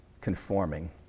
conforming